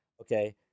okay